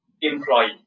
employee